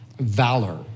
valor